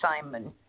Simon